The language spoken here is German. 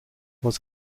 was